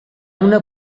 una